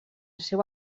seu